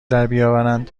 دربیاورند